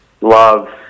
Love